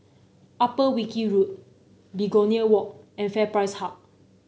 Upper Wilkie Road Begonia Walk and FairPrice Hub